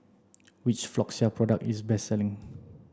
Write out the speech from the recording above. which Floxia product is the best selling